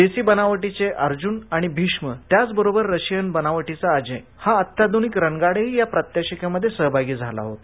देशी बनावटीचे अर्जुन आणि भीष्म त्याचबरोबर रशियन बनावटीचा अजय हा अत्याधनिक रणगाडाही या प्रात्यक्षिकामध्ये सहभागी झाला होता